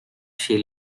she